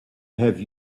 have